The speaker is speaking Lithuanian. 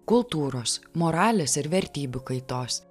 kultūros moralės ir vertybių kaitos